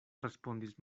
respondis